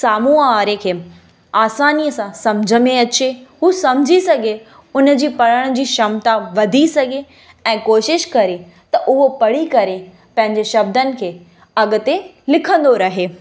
साम्हूं वारे खे आसानीअ सां सम्झि में अचे हू सम्झी सघे उनजी पढ़ण जी क्षमता वधी सघे ऐं कोशिशि करे त उहो पढ़ी करे पंहिंजे शब्दनि खे अॻिते लिखंदो रहे